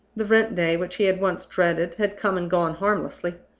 the rent-day, which he had once dreaded, had come and gone harmlessly.